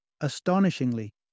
Astonishingly